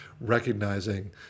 recognizing